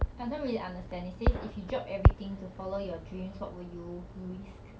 I don't really understand it says if you drop everything to follow your dreams what will you risk